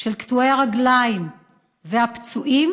של קטועי הרגליים והפצועים